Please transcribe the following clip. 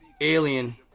Alien